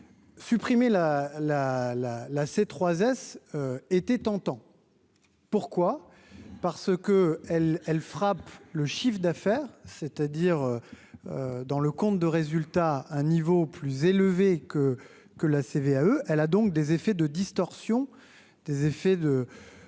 Là c'est 3 S était tentant, pourquoi, parce que elle, elle frappe le chiffre d'affaires, c'est-à-dire dans le compte de résultat, un niveau plus élevé que que la CVAE, elle a donc des effets de distorsion des effets de